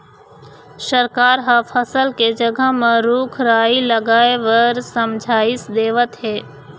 सरकार ह फसल के जघा म रूख राई लगाए बर समझाइस देवत हे